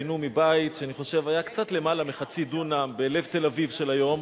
פינו מבית שאני חושב שהיה שם קצת למעלה מחצי דונם בלב תל-אביב של היום.